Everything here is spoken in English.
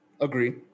Agree